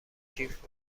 کیف